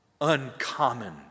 uncommon